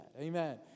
Amen